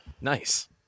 Nice